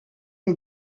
can